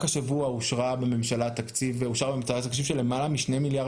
רק השבוע אושר בממשלה תקציב של למעלה מ-2 מיליארד